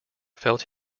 felt